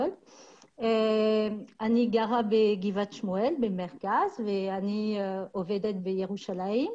אני גרה בגבעת שמואל, במרכז, ואני עובדת בירושלים.